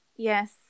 Yes